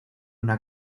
una